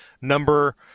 number